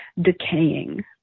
decaying